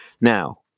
Now